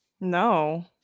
No